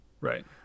Right